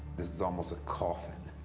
this is almost a coffin.